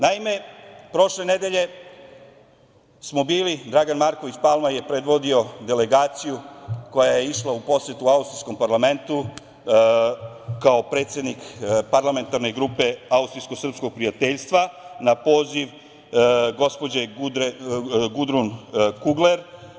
Naime, prošle nedelje smo bili Dragan Marković Palma je predvodio delegaciju koja je išla u posetu austrijskom parlamentu, kao predsednik parlamentarne grupe austrijsko-srpskog prijateljstva na poziv gospođe Gudrun Kugler.